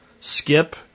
skip